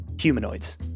humanoids